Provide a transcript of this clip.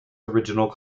original